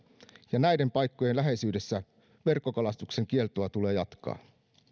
ja näiden paikkojen läheisyydessä verkkokalastuksen kieltoa tulee jatkaa